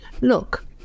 look